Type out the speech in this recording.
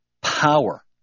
power